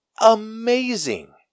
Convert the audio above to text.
amazing